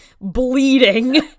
bleeding